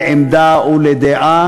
של עמדה או של דעה.